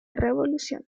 revolución